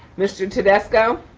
mr. tadesco.